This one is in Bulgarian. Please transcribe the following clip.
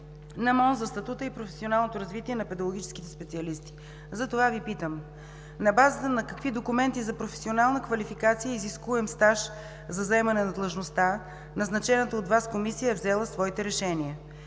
науката за статута и професионалното развитие на педагогическите специалисти. Затова Ви питам: на базата на какви документи за професионална квалификация и изискуем стаж за заемане на длъжността назначената от Вас комисия е взела своите решения?